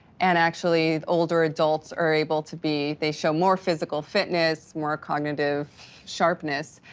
and actually, older adults are able to be they show more physical fitness, more cognitive sharpness,